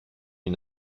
une